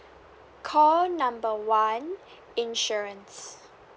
call number one insurance